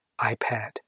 iPad